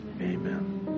Amen